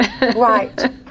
Right